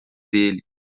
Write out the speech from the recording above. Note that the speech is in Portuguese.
dele